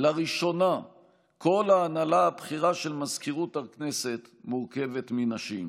לראשונה כל ההנהלה הבכירה של מזכירות הכנסת מורכבת מנשים.